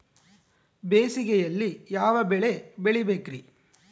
ಬೇಸಿಗೆಯಲ್ಲಿ ಯಾವ ಬೆಳೆ ಬೆಳಿಬೇಕ್ರಿ?